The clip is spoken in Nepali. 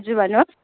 हजुर भन्नु होस्